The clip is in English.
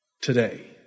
today